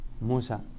Musa